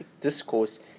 discourse